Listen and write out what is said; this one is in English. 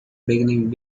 beginning